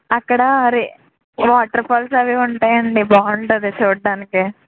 అక్కడ అరి వాటర్ఫాల్స్ అవి ఉంటాయండి బాగుంటుంది చూడటానికి